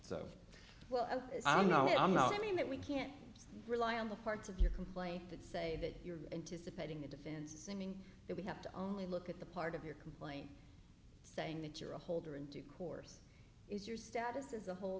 so well i know i'm not i mean that we can't just rely on the parts of your complaint that say that you're anticipating the defense simming that we have to only look at the part of your complaint saying that you're a holder in due course is your status as a hol